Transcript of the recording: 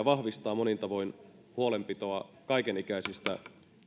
vahvistaa monin tavoin huolenpitoa kaikenikäisistä